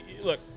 look